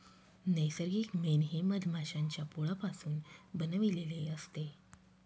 नैसर्गिक मेण हे मधमाश्यांच्या पोळापासून बनविलेले असते